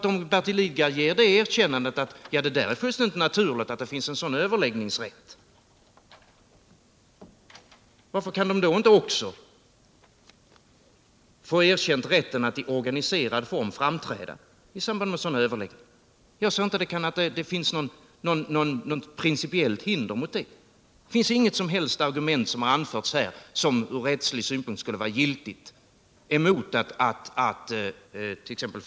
Om Bertil Lidgard ger det erkännandet att den här överläggningsrätten är fullständigt naturlig, varför kan då inte också rätten att i organiserad form framträda i samband med sådana överläggningar bli erkänd? Jag kan inte se att det finns något principiellt hinder mot det. Inga som helst argument har anförts här som från rättslig synpunkt skulle vara giltiga emot att t.ex.